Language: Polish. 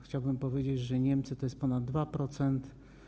Chciałbym powiedzieć, że Niemcy to ponad 2%,